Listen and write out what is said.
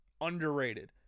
underrated